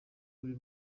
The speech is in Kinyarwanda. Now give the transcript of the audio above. buri